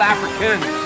Africans